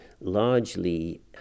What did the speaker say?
largely